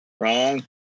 wrong